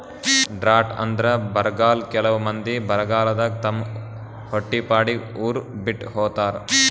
drought ಅಂದ್ರ ಬರ್ಗಾಲ್ ಕೆಲವ್ ಮಂದಿ ಬರಗಾಲದಾಗ್ ತಮ್ ಹೊಟ್ಟಿಪಾಡಿಗ್ ಉರ್ ಬಿಟ್ಟ್ ಹೋತಾರ್